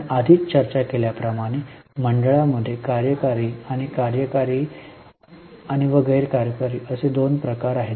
आपण आधीच चर्चा केल्याप्रमाणे मंडळामध्ये कार्यकारी आणि कार्यकारी व कार्यकारी असे दोन प्रकार आहेत